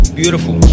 beautiful